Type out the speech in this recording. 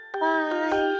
Bye